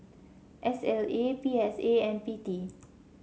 S L A P S A and P T